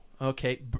okay